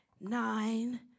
nine